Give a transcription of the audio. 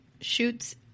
shoots